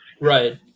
right